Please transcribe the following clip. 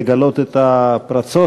לגלות את הפרצות